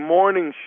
Morning